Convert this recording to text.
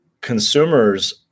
consumers